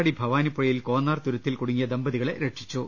അട്ടപ്പാടി ഭവാനിപ്പുഴയിൽ കോന്നാർ തുരുത്തിൽ കുടുങ്ങിയ ദമ്പതികളെ രക്ഷിച്ചു